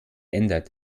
ändert